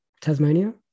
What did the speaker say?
Tasmania